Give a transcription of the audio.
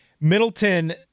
Middleton